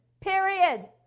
Period